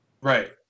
Right